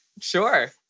Sure